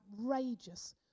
outrageous